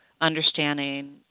understanding